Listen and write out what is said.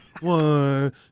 One